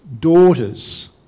daughters